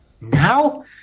now